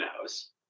knows